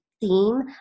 theme